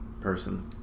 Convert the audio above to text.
person